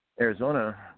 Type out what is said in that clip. Arizona